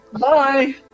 Bye